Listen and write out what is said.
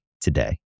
today